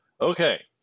okay